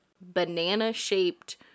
banana-shaped